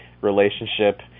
relationship